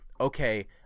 okay